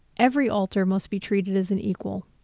every alter must be treated as an equal.